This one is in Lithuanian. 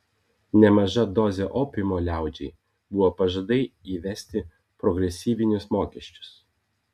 nemaža dozė opiumo liaudžiai buvo pažadai įvesti progresyvinius mokesčius